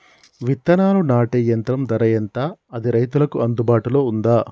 విత్తనాలు నాటే యంత్రం ధర ఎంత అది రైతులకు అందుబాటులో ఉందా?